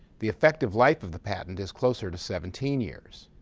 the effective life of the patent is closer to seventeen years.